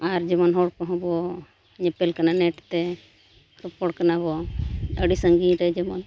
ᱟᱨ ᱡᱮᱢᱚᱱ ᱦᱚᱲ ᱠᱚᱦᱚᱸ ᱵᱚ ᱧᱮᱯᱮᱞ ᱠᱟᱱᱟ ᱛᱮ ᱨᱚᱯᱚᱲ ᱠᱟᱱᱟᱵᱚ ᱟᱹᱰᱤ ᱥᱟᱺᱜᱤᱧᱨᱮ ᱡᱮᱢᱚᱱ